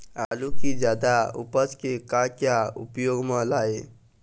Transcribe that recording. आलू कि जादा उपज के का क्या उपयोग म लाए?